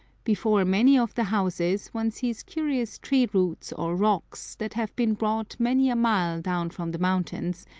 before many of the houses one sees curious tree-roots or rocks, that have been brought many a mile down from the mountains,